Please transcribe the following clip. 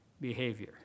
behavior